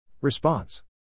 Response